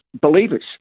believers